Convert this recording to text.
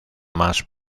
más